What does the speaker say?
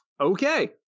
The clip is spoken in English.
Okay